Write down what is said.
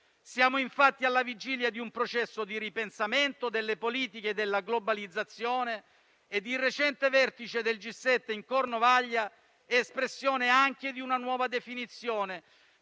Siamo infatti alla vigilia di un processo di ripensamento delle politiche della globalizzazione e il recente vertice del G7 in Cornovaglia è espressione anche di una nuova definizione,